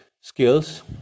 skills